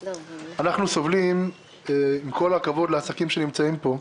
עם כל הכבוד לעסקים שנציגיהם נמצאים פה,